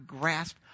grasp